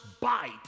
bite